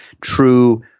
true